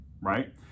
Right